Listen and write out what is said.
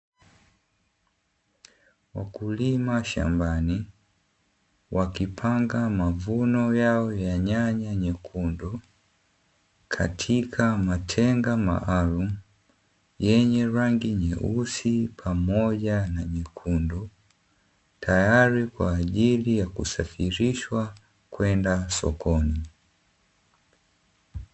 Wakulima shamba wakipanga mavuno yao ya nyanya nyekundu katika matenga maalumu yenye rangi nyeusi pamoja na nyekundu tayari kwa ajili ya kusafirishwa kwenda sokoni.